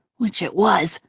which it was,